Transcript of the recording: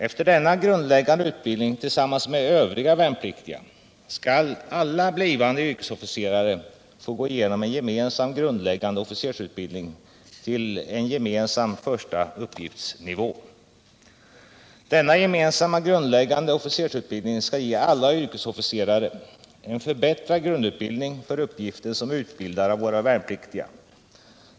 Efter denna grundläggande utbildning tillsammans med övriga värnpliktiga skall alla blivande yrkesofficerare gå igenom en gemensam grundläggande officersutbildning till en gemensam första uppgiftsnivå. Denna gemensamma grundläggande officersutbildning skall ge alla yrkesofficerare en förbättrad grundutbildning för uppgiften som utbildare av våra värnpliktiga.